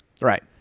Right